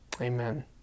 Amen